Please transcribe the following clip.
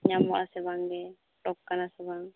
ᱧᱟᱢᱚᱜ ᱟᱥᱮ ᱵᱟᱝ ᱜᱮ ᱚᱰᱚᱠ ᱟᱠᱟᱱᱟ ᱥᱮ ᱵᱟᱝ